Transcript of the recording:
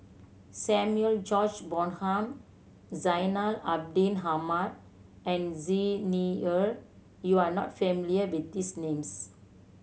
Samuel George Bonham Zainal Abidin Ahmad and Xi Ni Er you are not familiar with these names